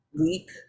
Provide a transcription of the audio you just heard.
week